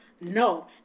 no